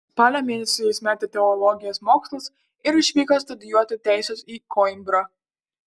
spalio mėnesį jis metė teologijos mokslus ir išvyko studijuoti teisės į koimbrą